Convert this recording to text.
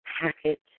packet